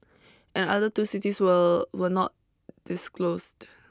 and other two cities will were not disclosed